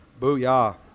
booyah